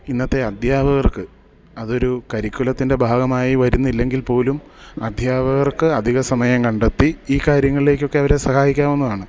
ഇന്നത്തെ അദ്ധ്യാപകർക്ക് അതൊരു കരിക്കുലത്തിൻ്റെ ഭാഗമായി വരുന്നില്ലെങ്കിൽപ്പോലും അദ്ധ്യാപകർക്ക് അധികസമയം കണ്ടെത്തി ഈ കാര്യങ്ങളിലേക്കൊക്കെ അവരേ സഹായിക്കാവുന്നതാണ്